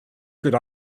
good